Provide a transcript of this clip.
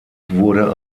wurde